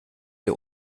der